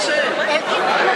אוקיי.